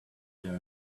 there